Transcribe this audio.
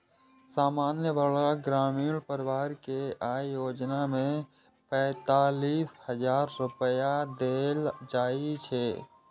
सामान्य वर्गक ग्रामीण परिवार कें अय योजना मे पैंतालिस हजार रुपैया देल जाइ छै